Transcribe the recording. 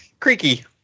Creaky